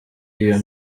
iyo